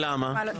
ולמה?